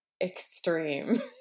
extreme